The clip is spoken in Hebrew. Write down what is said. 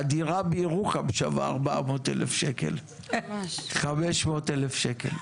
הדירה בירוחם שווה 400,000 שקל, 500,000 שקל.